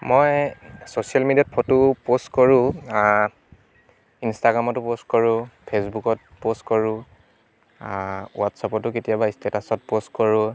মই চ'ছিয়েল মিডিয়াত photo post কৰোঁ ইনষ্টাগ্ৰামতো পোষ্ট কৰোঁ ফেচবুকত পোষ্ট কৰোঁ হোৱাটছআপটো কেতিয়াবা ইষ্টেটাছত পোষ্ট কৰোঁ